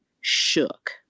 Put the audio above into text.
shook